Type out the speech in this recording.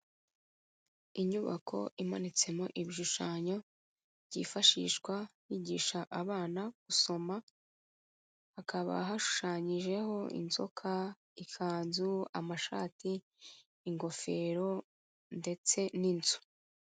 Inyubako imanitsemo ibishushanyo byifashishwa higisha abana gusoma, hakaba hashushanyijeho inzoka, ikanzu, amashati, ingofero, ndetse n'inzu.